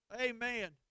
Amen